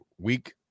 week